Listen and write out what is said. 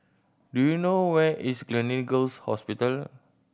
do you know where is Gleneagles Hospital